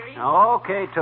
Okay